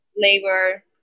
Labor